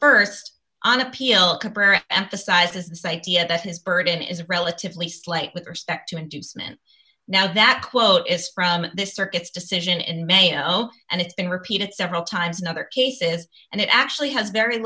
first on appeal cabrera emphasizes this idea that his burden is relatively slight with respect to inducement now that quote is from this circuit's decision in mayo and it's been repeated several times and other cases and it actually has very